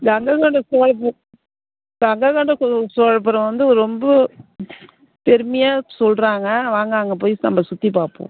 கங்கைகொண்ட சோழபு கங்கைகொண்ட சோ சோழபுரம் வந்து ரொம்ப பெருமையாக சொல்லுறாங்க வாங்க அங்கே போய் நம்ப சுற்றிப் பார்ப்போம்